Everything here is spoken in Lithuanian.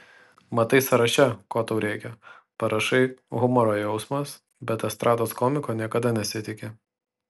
matai sąraše ko tau reikia parašai humoro jausmas bet estrados komiko niekada nesitiki